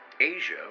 Asia